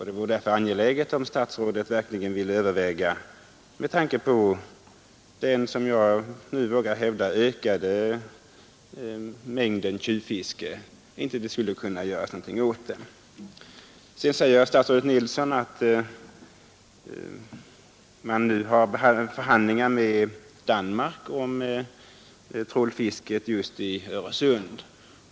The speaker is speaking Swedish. Det vore därför angeläget att statsrådet med tanke på det, som jag nu vågar hävda, ökade tjuvfisket verkligen ville överväga om inte någonting kan göras åt det. Sedan säger statsrådet Nilsson att förhandlingar förts med Danmark om trålfisket just i Öresund.